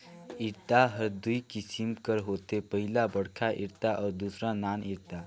इरता हर दूई किसिम कर होथे पहिला बड़खा इरता अउ दूसर नान इरता